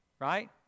right